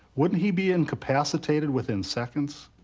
wouldn't he be incapacitated within seconds?